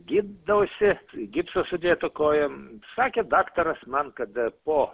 gy dausi į gipsą sudėta koja sakė daktaras man kad po